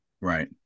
right